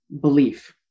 belief